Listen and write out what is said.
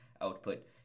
output